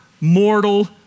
mortal